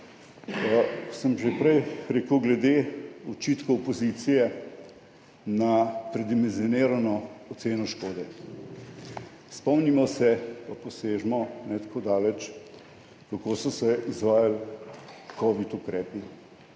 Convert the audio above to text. Že prej sem rekel glede očitkov opozicije na predimenzionirano oceno škode. Spomnimo se in posezimo ne tako daleč, kako so se izvajali covid ukrepi,